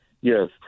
Yes